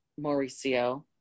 Mauricio